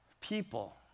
people